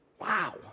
Wow